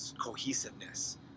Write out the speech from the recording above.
cohesiveness